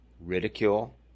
ridicule